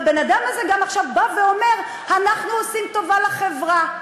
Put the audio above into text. והבן-אדם הזה גם עכשיו בא ואומר: אנחנו עושים טובה לחברה,